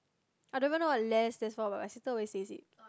I don't even know what lel stands for but my sister always says it